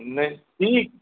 नहि ठीक